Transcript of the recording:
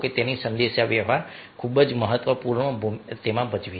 તેથી સંદેશાવ્યવહાર ખૂબ જ મહત્વપૂર્ણ ભૂમિકા ભજવે છે